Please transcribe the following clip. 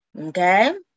Okay